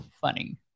funny